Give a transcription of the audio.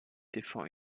défend